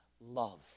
love